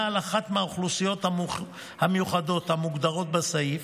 עם אחת מהאוכלוסיות המיוחדות המוגדרות בסעיף,